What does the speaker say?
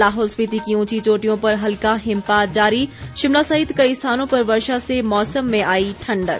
लाहौल स्पीति की ऊंची चोटियों पर हल्का हिमपात जारी शिमला सहित कई स्थानों पर वर्षा से मौसम में आई ठण्डक